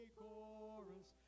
chorus